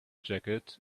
jacket